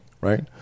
right